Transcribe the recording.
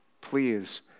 Please